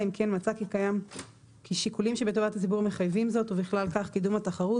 אם כן מצא כי שקולים שבטובת הציבור מחייבים זאת ובכלל כך קידום התחרות,